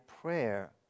prayer